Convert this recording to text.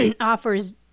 offers